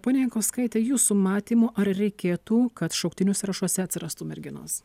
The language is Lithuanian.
ponia jankauskaite jūsų matymu ar reikėtų kad šauktinių sąrašuose atsirastų merginos